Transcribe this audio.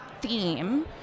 theme